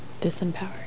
disempowered